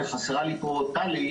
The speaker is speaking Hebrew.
וחסרה לי פה טלי,